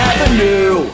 Avenue